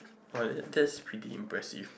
oh that that is pretty impressive